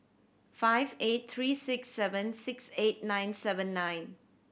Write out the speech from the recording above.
five eight three six seven six eight nine seven nine